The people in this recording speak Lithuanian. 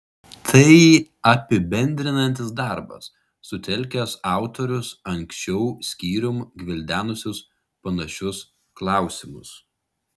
tai apibendrinantis darbas sutelkęs autorius anksčiau skyrium gvildenusius panašius klausimus